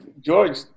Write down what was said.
George